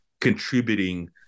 contributing